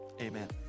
amen